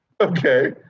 okay